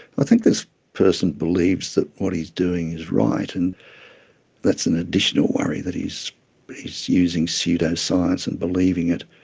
i think this person believes that what he is doing is right, and that's an additional worry, that but he is using pseudoscience and believing it.